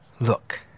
Look